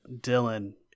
Dylan